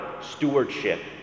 stewardship